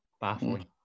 baffling